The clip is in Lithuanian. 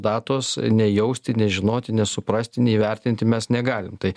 datos nejausti nežinoti nesuprasti neįvertinti mes negalim tai